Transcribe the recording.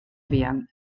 fuan